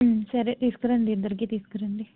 సరే తీసుకురండి ఇద్దరికి తీసుకురండి